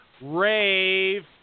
rave